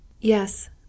Yes